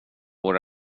vår